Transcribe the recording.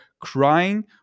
crying